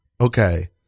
Okay